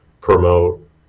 promote